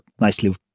nicely